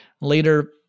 later